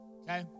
okay